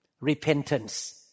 repentance